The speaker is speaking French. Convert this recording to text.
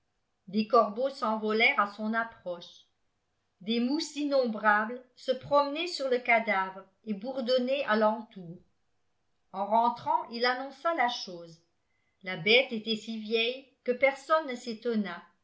des corbeaux s'envolèrent à son approche des mouches innombrables se promenaient sur le cadavre et bourdonnaient à l'entour en rentrant il annonça la chose la bête était si vieille que personne ne s'étonna